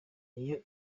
iyo